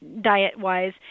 diet-wise